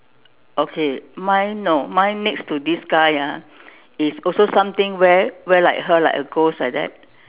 okay mine no mine next to this guy ah is also something wear like her like that wear like a ghost like that